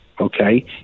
Okay